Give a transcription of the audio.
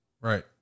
Right